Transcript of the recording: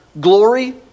glory